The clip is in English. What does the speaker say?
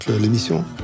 l'émission